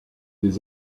des